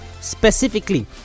specifically